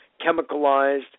chemicalized